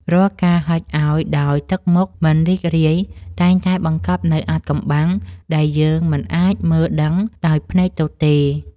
រាល់ការហុចឱ្យដោយទឹកមុខមិនរីករាយតែងតែបង្កប់នូវអាថ៌កំបាំងដែលយើងមិនអាចមើលដឹងដោយភ្នែកទទេ។